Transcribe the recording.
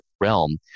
realm